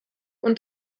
und